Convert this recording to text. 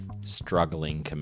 struggling